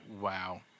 Wow